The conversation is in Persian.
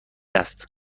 است